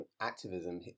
activism